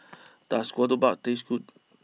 does Ketupat taste good